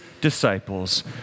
disciples